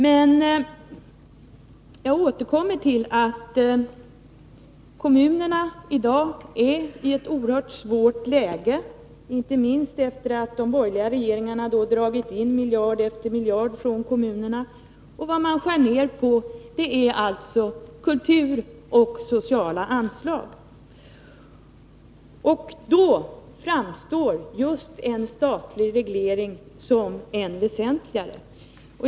Men, jag återkommer till det, kommunerna är i dagi ett oerhört svårt läge, inte minst efter att de borgerliga regeringarna dragit in miljard efter miljard från kommunerna. Vad de skär ner på är anslag till kulturella och sociala ändamål. Då framstår just en statlig reglering som än väsentligare.